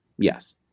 Yes